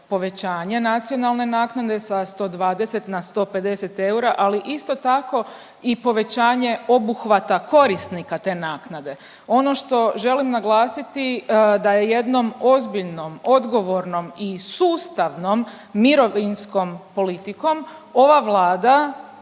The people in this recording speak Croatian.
nacionalne naknade sa 120 na 150 eura, ali isto tako i povećanje obuhvata korisnika te naknade. Ono što želim naglasiti da je jednom ozbiljnom, odgovornom i sustavnom mirovinskom politikom ova Vlada